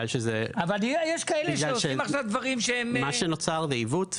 מה שנוצר זה עיוות.